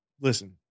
Listen